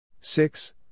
Six